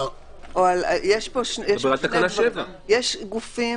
יש גופים